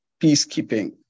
peacekeeping